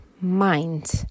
mind